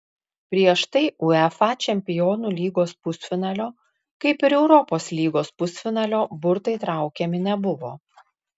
prieš tai uefa čempionų lygos pusfinalio kaip ir europos lygos pusfinalio burtai traukiami nebuvo